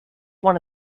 one